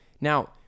Now